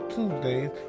Tuesdays